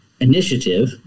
initiative –